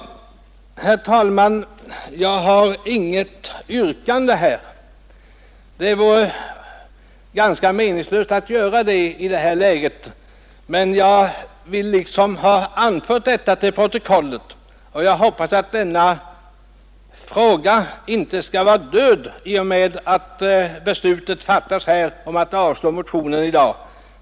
Herr talman! Jag har inget yrkande. Det vore ganska meningslöst att ställa ett sådant i detta läge, men jag ville få det som jag nu sagt anfört till protokollet. Jag hoppas att denna fråga inte skall vara död i och med att beslutet att avslå motionen i dag fattas.